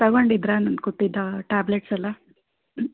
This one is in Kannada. ತಗೊಂಡಿದ್ದಿರಾ ನಾನು ಕೊಟ್ಟಿದ್ದ ಟ್ಯಾಬ್ಲೆಟ್ಸ್ ಎಲ್ಲ